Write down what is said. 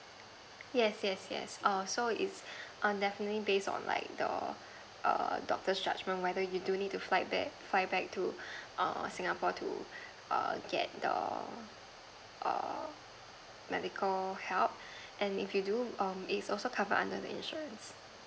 yes yes yes err so it's um definitely based on like the err doctor's judgement whether you do need to fly back fly back to err singapore to err get the err medical help and if you do um it's also cover under the insurance